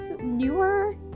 newer